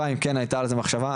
כן הייתה על זה מחשבה,